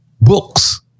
books